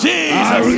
Jesus